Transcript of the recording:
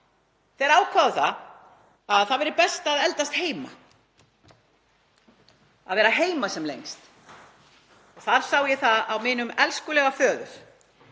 Þau ákváðu að það væri best að eldast heima, að vera heima sem lengst. Það sá ég á mínum elskulega föður